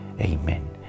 Amen